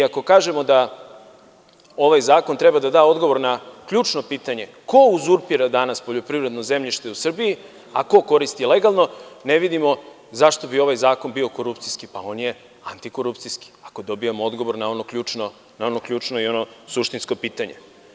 Ako kažemo da ovaj zakon treba da da odgovor na ključno pitanje - ko uzurpira danas poljoprivredno zemljište u Srbiji, a ko koristi legalno, ne vidimo zašto bi ovaj zakon bio korupcijski, pa on je antikorupcijski ako dobijamo odgovor na ono ključno i ono suštinsko pitanje.